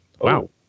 Wow